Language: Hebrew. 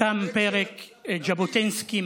פרק ז'בוטינסקי,